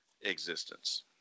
existence